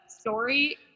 story